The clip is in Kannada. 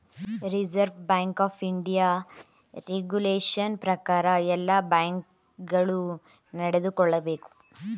reserve bank of India regulation ಪ್ರಕಾರ ಎಲ್ಲ ಬ್ಯಾಂಕ್ ಗಳು ನಡೆದುಕೊಳ್ಳಬೇಕು